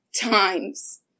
times